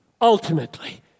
Ultimately